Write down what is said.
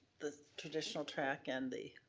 the traditional track and the.